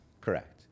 Correct